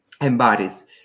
embodies